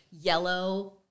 yellow